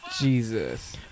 Jesus